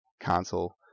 console